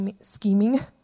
scheming